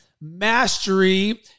mastery